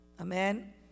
Amen